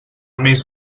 més